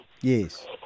Yes